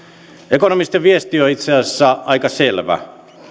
ekonomistien viesti on itse asiassa aika selvä